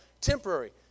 Temporary